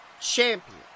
champion